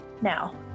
now